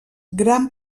gran